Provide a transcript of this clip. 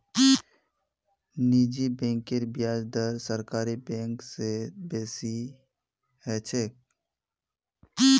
निजी बैंकेर ब्याज दर सरकारी बैंक स बेसी ह छेक